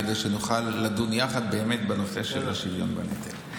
כדי שנוכל לדון יחד באמת בנושא של השוויון בנטל.